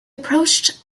approached